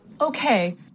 Okay